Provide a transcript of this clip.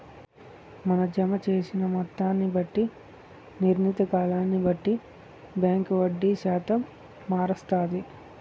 మన జమ జేసిన మొత్తాన్ని బట్టి, నిర్ణీత కాలాన్ని బట్టి బాంకీ వడ్డీ శాతం మారస్తాది